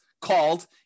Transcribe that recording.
called